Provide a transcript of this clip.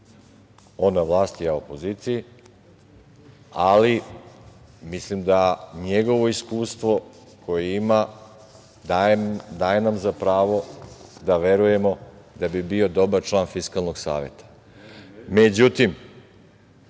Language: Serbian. na vlast, ja opoziciji, ali mislim da njegovo iskustvo koje ima daje nam za pravo da verujemo da bi bio dobar član Fiskalnog